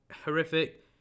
horrific